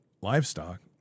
livestock